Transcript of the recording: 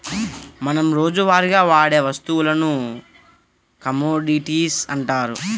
మనం రోజువారీగా వాడే వస్తువులను కమోడిటీస్ అంటారు